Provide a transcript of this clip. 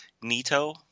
Nito